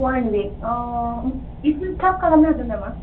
one week अ एसे थाब खालामनो हागोन नामा